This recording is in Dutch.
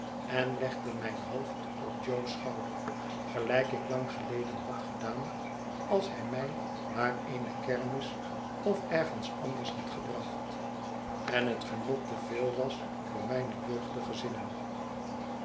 en legde mijn hoofd op jo's schouder gelijk iklang geleden had gedaan als hij mij naar eene kermis of ergens anders had gebracht en het genot te veel was voor mijne